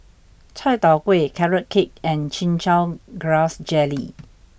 Chai Tow Kway Carrot Cake and Chin Chow Grass Jelly